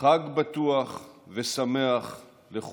חג בטוח ושמח לכולם.